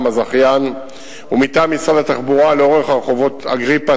הזכיין ומטעם משרד התחבורה לאורך הרחובות אגריפס,